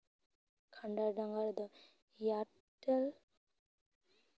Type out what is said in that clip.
ᱠᱷᱟᱸᱰᱟ ᱰᱟᱝᱜᱟ ᱨᱮᱫᱚ ᱮᱭᱟᱨᱴᱮᱞ